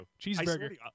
Cheeseburger